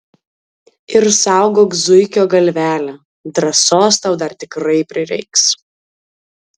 ir saugok zuikio galvelę drąsos tau dar tikrai prireiks